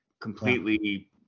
completely